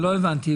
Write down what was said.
לא הבנתי.